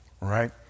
right